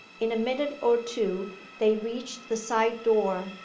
in a minute or two they reached the side door,